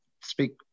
speak